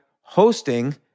hosting